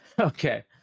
Okay